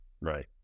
Right